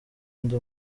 ndi